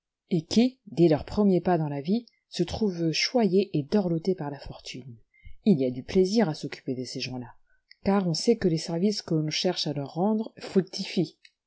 et qui dès leurs premiers pas dans la vie se trouvent choyés et dorlotes par la fortune il y a du plaisir à s'occuper de ces gens-là car on sait que les services qu'on cherche à leur rendre